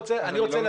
אני רוצה לדעת,